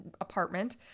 apartment